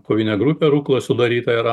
kovinė grupė rukloj sudaryta yra